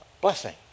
blessing